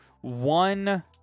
one